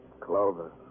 Clover